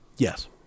Yes